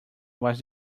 was